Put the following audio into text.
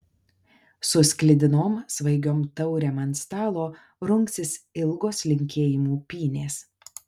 su sklidinom svaigiom taurėm ant stalo rungsis ilgos linkėjimų pynės